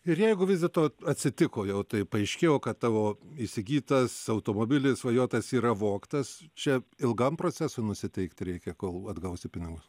ir jeigu vis dėlto atsitiko jau tai paaiškėjo kad tavo įsigytas automobilis svajotas yra vogtas čia ilgam procesui nusiteikti reikia kol atgausi pinigus